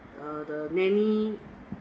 the nanny